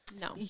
no